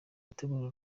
gutegura